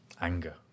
anger